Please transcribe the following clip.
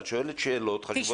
את שואלת שאלות חשובות,